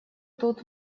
тут